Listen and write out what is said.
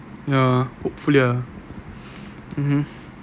ya hopefully ah mmhmm